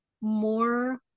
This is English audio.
more